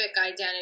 identity